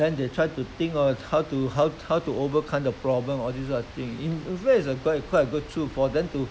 then they have to think of how to how how to overcome the problem all this kind of thing in in fact it's quite a good tool for them to